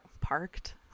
parked